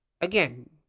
Again